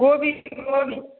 कोबी कोबी